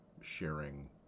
sharing